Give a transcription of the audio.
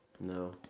No